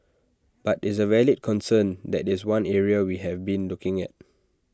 but is A valid concern that is one area we have been looking at